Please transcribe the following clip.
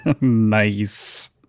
Nice